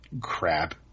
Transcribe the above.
crap